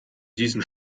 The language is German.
diesen